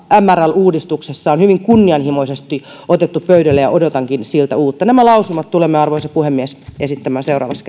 mrl uudistuksessa on hyvin kunnianhimoisesti otettu pöydälle ja odotankin siltä uutta nämä lausumat tulemme arvoisa puhemies esittämään seuraavassa